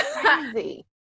crazy